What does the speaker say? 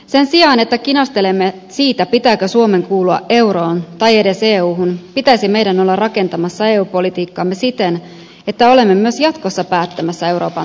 sen sijaan että kinastelemme siitä pitääkö suomen kuulua euroon tai edes euhun pitäisi meidän olla rakentamassa eu politiikkaamme siten että olemme myös jatkossa päättämässä euroopan tulevaisuudesta